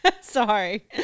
Sorry